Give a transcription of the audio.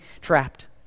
trapped